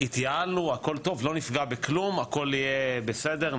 התייעלנו הכל טוב לא נפגע בכלום הכל יהיה בסדר,